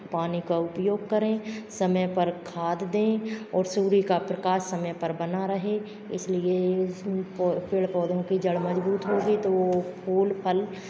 पानी का उपयोग करें समय पर खाद दें और सूर्य का प्रकाश समय पर बना रहे इसलिए पेड़ पौधों की जड़ मजबूत होगी तो वो फूल फल